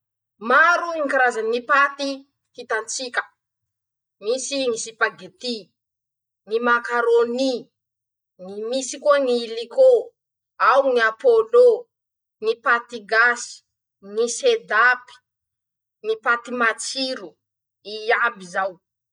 Maro ñy karazany ñy paty hitantsika, misy ñy sipagety; ñy makarôny; misy koa ñy ilikô; ao ñy apôlô; ñy paty gasy; ñy sedapy; ñy paty matsiro iaby zao.